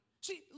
See